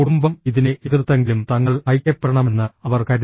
കുടുംബം ഇതിനെ എതിർത്തെങ്കിലും തങ്ങൾ ഐക്യപ്പെടണമെന്ന് അവർ കരുതി